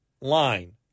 line